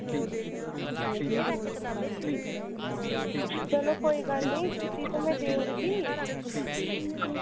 चलो कोई गल्ल निं छुट्टी ते में देई ओड़गी